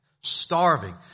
starving